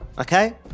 Okay